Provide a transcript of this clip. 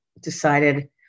decided